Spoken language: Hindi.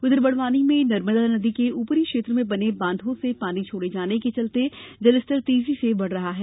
उधर बड़वानी में नर्मदा नदी के ऊपरी क्षेत्र में बने बाधों से पानी छोड़े जाने के चलते जलस्तर तेजी से बढ़ रहा है